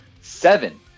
seven